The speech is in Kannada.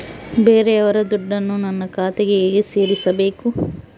ಬೇರೆಯವರ ದುಡ್ಡನ್ನು ನನ್ನ ಖಾತೆಗೆ ಹೇಗೆ ಸೇರಿಸಬೇಕು?